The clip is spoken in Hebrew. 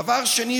דבר שני,